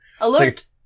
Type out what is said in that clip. Alert